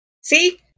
See